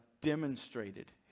demonstrated